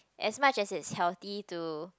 as much as it's healthy to